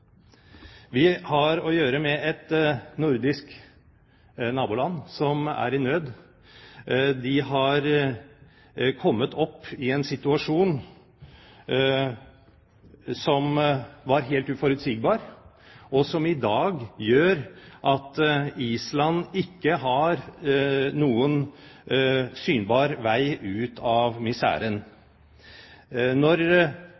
Vi har å gjøre med et nordisk naboland som er i nød. De har kommet opp i en situasjon som var helt uforutsigbar, og som i dag gjør at Island ikke har noen synbar vei ut av miseren. Når